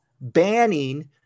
banning